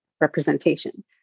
representation